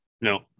No